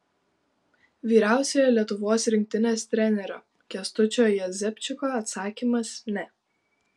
vyriausiojo lietuvos rinktinės trenerio kęstučio jezepčiko atsakymas ne